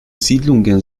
siedlungen